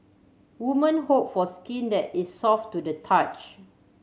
woman hope for skin that is soft to the touch